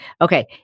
Okay